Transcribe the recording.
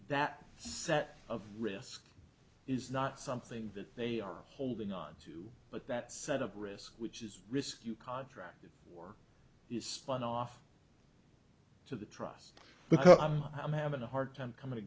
that set of risk is not something that they are holding onto but that set of risk which is risk you contracted or is spun off to the trust because i'm having a hard time coming to